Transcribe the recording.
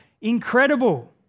incredible